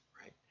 right